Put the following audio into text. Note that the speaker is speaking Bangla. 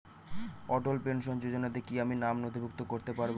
অটল পেনশন যোজনাতে কি আমি নাম নথিভুক্ত করতে পারবো?